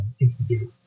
instigate